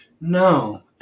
No